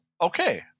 Okay